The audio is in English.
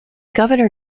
governor